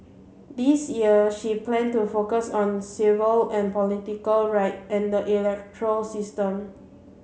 this year she plan to focus on civil and political right and the electoral system